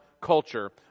Culture